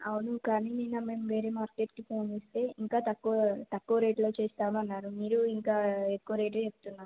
అవును కానీ నిన్న మేము వేరే మార్కెట్కి ఫోన్ చేస్తే ఇంకా తక్కువ తక్కువ రేట్లో చూస్తాము అన్నారు మీరు ఇంకా ఎక్కువ రేటు చెప్తున్నారు